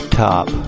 top